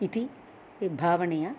इति भावनया